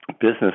business